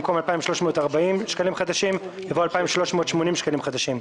במקום "2,340 שקלים חדשים" יבוא "2,380 שקלים חדשים".